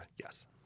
Yes